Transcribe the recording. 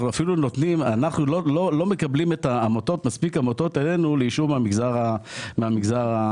אנחנו לא מקבלים אלינו מספיק עמותות מן המגזר הערבי לאישור.